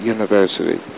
University